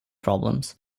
problems